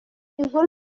inkuru